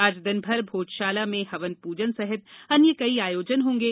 आज दिनभर भोजशाला में हवन प्रजन सहित अन्य कई आयोजन होंगे